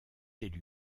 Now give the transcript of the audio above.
élu